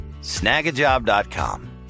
snagajob.com